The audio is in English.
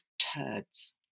turds